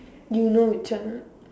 you know which one